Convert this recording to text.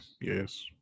yes